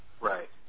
Right